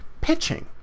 pitching